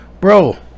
Bro